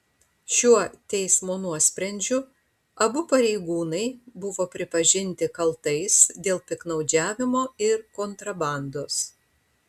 šiuo teismo nuosprendžiu abu pareigūnai buvo pripažinti kaltais dėl piktnaudžiavimo ir kontrabandos